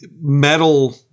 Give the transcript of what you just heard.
metal